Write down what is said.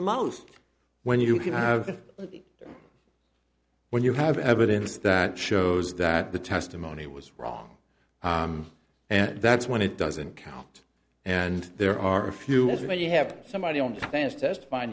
the most when you can have when you have evidence that shows that the testimony was wrong and that's when it doesn't count and there are a few as when you have somebody on the test test